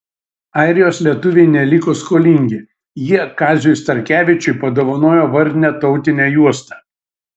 airijos lietuviai neliko skolingi jie kaziui starkevičiui padovanojo vardinę tautinę juostą